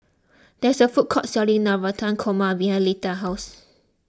there is a food court selling Navratan Korma behind Leta's house